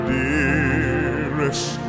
dearest